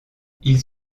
ils